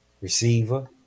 receiver